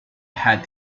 had